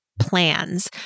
plans